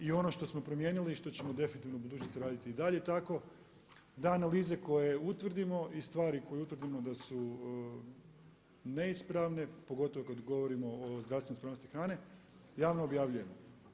I ono što smo promijenili i što ćemo definitivno u budućnosti raditi i dalje tako da analize koje utvrdimo i stvari koje utvrdimo da su neispravne, pogotovo kada govorimo o zdravstvenoj neispravnosti hrane, javno objavljujemo.